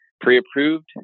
pre-approved